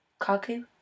Kaku